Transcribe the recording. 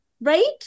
Right